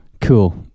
Cool